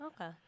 Okay